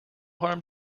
harm